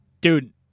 dude